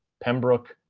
pembroke,